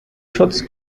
schutz